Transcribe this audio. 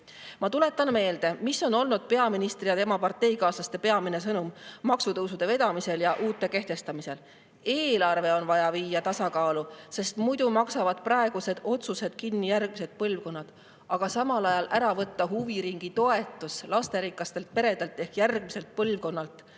tuletan meelde, mis on olnud peaministri ja tema parteikaaslaste peamine sõnum maksutõusude vedamisel ja uute [maksude] kehtestamisel. Eelarve on vaja viia tasakaalu, sest muidu maksavad praegused otsused kinni järgmised põlvkonnad. Aga samal ajal ära võtta huviringitoetus lasterikastelt peredelt ehk järgmiselt põlvkonnalt